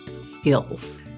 skills